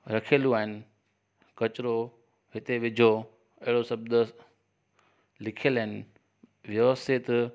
रखियल आहिनि कचिरो हिते विझो अहिड़ो शब्द लिखियल आहिनि व्यवस्थित